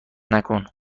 نکن